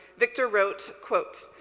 victor wrote, quote,